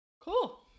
Cool